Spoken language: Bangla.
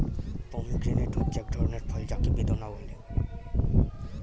পমিগ্রেনেট হচ্ছে এক ধরনের ফল যাকে বেদানা বলে